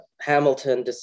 Hamilton